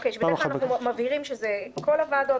כשבדרך כלל אנחנו מבהירים שזה כל הוועדות,